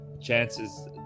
chances